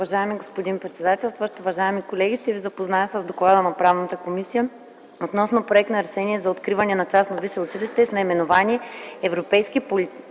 Уважаеми господин председателстващ, уважаеми колеги! Ще ви запозная с „ДОКЛАД на Правната комисия относно проект за Решение за откриване на частно висше училище с наименование „Европейски